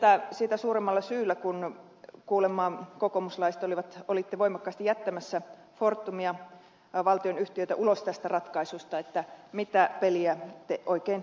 kysyn sitä suuremmalla syyllä kun kuulemma kokoomuslaiset olitte voimakkaasti jättämässä fortumia valtionyhtiötä ulos tästä ratkaisusta mitä peliä te oikein pelaatte